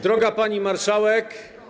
Droga Pani Marszałek!